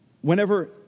whenever